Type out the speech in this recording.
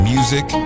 Music